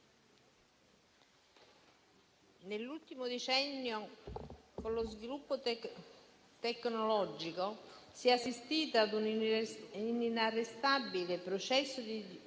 nell'ultimo decennio, con lo sviluppo tecnologico si è assistito ad un inarrestabile processo di